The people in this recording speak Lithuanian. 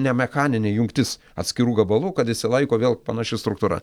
ne mechaninė jungtis atskirų gabalų kad išsilaiko vėl panaši struktūra